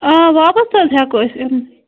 آ واپَس تہِ حظ ہٮ۪کو أسۍ اِتھ